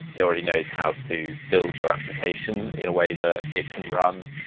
it already knows how to build your application in a way that it can run,